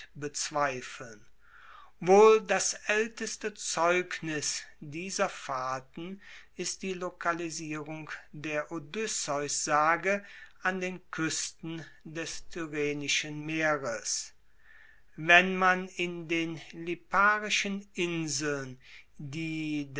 bezweifeln wohl das aelteste zeugnis dieser fahrten ist die lokalisierung der odysseussage an den kuesten des tyrrhenischen meeres wenn man in den liparischen inseln die